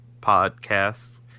Podcasts